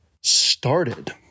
started